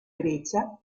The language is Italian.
grecia